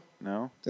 No